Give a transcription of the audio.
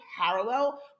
parallel